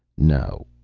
no,